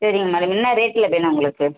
சரிங்க மேடம் என்ன ரேட்ல வேணும் உங்களுக்கு